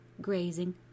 grazing